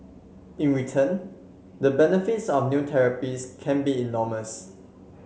in return the benefits of new therapies can be enormous